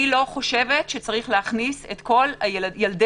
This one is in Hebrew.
אני לא חושבת שצריך להכניס את כל ילדי